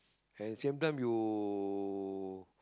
at the same time you